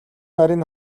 нарийн